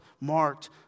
marked